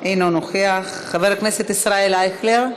אינו נוכח, חבר הכנסת ישראל אייכלר,